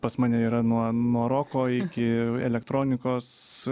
pas mane yra nuo nuo roko iki elektronikos